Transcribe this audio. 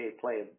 play